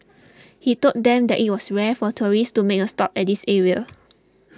he told them that it was rare for tourists to make a stop at this area